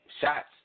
shots